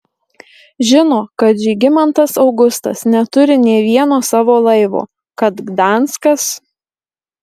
žino kad žygimantas augustas neturi nė vieno savo laivo kad gdanskas